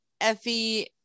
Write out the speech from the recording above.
Effie